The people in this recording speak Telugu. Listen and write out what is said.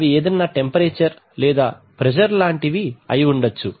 అవి ఏదైనా టెంపరేచర్ లేదా ప్రెజర్ లాంటివి అయి ఉండొచ్చు